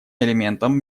элементом